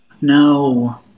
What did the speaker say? No